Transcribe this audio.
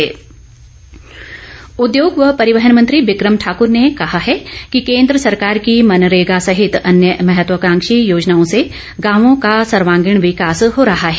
बिक्रम उद्योग व परिवहन मंत्री बिक्रम ठाकुर ने कहा है कि केन्द्र सरकार की मनरेगा सहित अन्य महत्वकांक्षी योजनाओं से गांवों का सर्वागीण विकास हो रहा है